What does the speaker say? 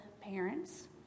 parents